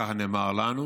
כך נאמר לנו.